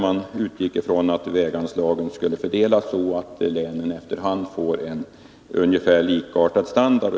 Man utgick från att väganslagen skulle fördelas så att länen efter hand fick likartad standard.